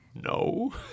No